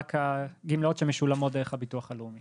רק הגמלאות שמשולמות דרך הביטוח הלאומי.